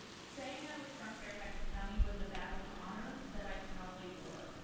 saying i was from fairfax county was a badge of honor that i proudly wore.